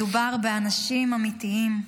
מדובר באנשים אמיתיים,